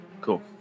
cool